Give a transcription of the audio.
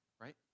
Right